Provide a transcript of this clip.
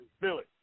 Billy